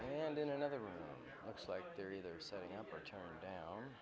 and in another room looks like they're either setting up or turn